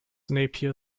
napier